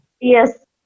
Yes